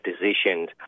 decisions